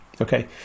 okay